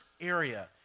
area